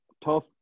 tough